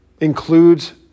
Includes